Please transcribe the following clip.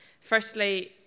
Firstly